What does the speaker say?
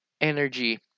Energy